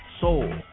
soul